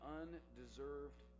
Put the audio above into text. undeserved